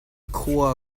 khua